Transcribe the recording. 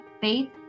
faith